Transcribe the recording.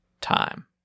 time